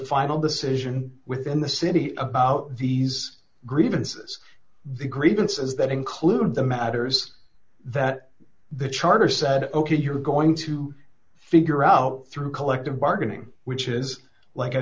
final decision within the city about these grievances the grievances that include the matters that the charter said ok you're going to figure out through collective bargaining which is like i